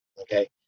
Okay